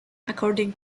according